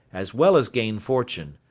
as well as gain fortune.